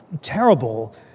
terrible